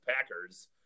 Packers